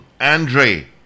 Andre